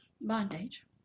bondage